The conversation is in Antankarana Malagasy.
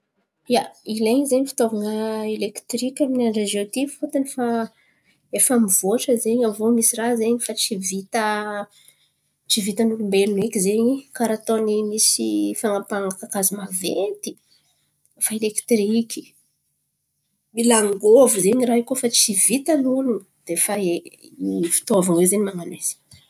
Ia, ilain̈y zen̈y fitaovan̈a elekitiriky amy andra ziôty fôtony fa efa mivoatra zen̈y aviô misy raha zen̈y. Fa tsy vita tsy vitan'olombelon̈o eky zen̈y karà ataony misy fan̈apahan̈a kakazo maventy fa elekitiriky. Mila angôvo zen̈y raha io koa fa tsy vitan'olo. De efa i fitaovan̈a iô zen̈y man̈ano izy.